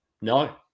No